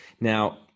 Now